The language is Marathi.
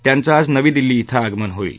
त्यांचं आज नवी दिल्ली कें आगमन होईल